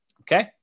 Okay